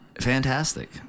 fantastic